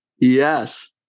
Yes